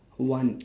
one